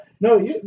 No